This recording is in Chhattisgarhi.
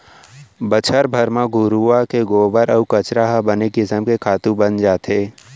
बछर भर म घुरूवा के गोबर अउ कचरा ह बने किसम के खातू बन जाथे